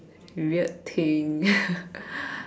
weird thing